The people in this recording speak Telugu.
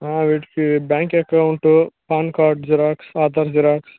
వీటికి bank account PAN card xerox Aadhaar Xerox